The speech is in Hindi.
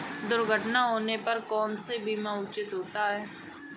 दुर्घटना होने पर कौन सा बीमा उचित होता है?